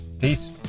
Peace